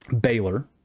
Baylor